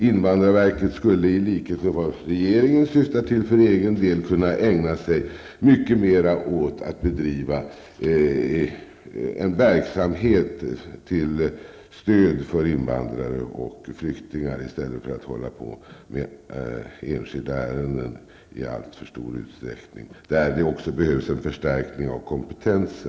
Invandrarverket skulle i likhet med vad regeringen syftar till för egen del ägna sig mycket mer åt att bedriva en verksamhet till stöd för invandrare och flyktingar i stället för att hålla på med enskilda ärenden i alltför stor utsträckning, där det också behövs en förstärkning av kompetensen.